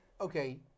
okay